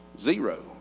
zero